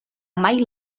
mai